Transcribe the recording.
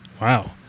Wow